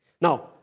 Now